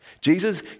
Jesus